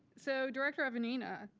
so director evanina,